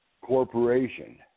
Corporation